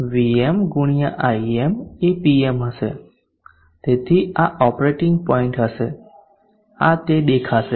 Vm ગુણ્યા Im એ Pm હશે તેથી આ ઓપરેટિંગ પોઇન્ટ હશે આ તે દેખાશે